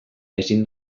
ezin